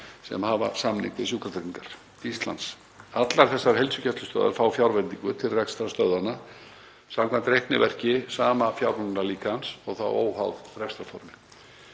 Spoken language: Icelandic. sem hafa samning við Sjúkratryggingar Íslands. Allar þessar heilsugæslustöðvar fá fjárveitingu til rekstrar stöðvanna samkvæmt reikniverki sama fjármögnunarlíkans og þá óháð rekstrarformi.